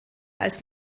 als